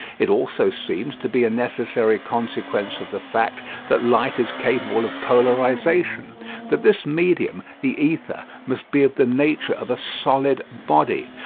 it also seemed to be a necessary consequence of the fact that light is capable of polarisation that this medium, the ether, must be of the nature of a solid body,